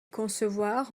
concevoir